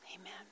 Amen